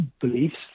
beliefs